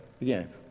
Again